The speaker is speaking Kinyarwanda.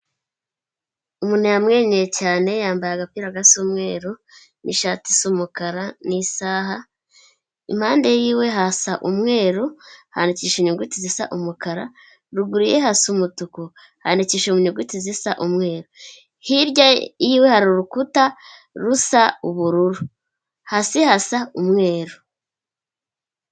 Umuntu yamwenyuye cyane yambaye agapirara gasa umweru n'ishati isa umukara n'isaha, impande yiwe harasa umweru handikishije inyuguti zisa umukara, ruguru ye hasa umutuku hndikishije mu nyuguti zisa umweru, hirya yiwe hari urukuta rusa ubururu, hasi hasa umweru.